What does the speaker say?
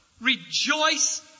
rejoice